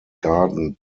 garden